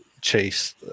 Chase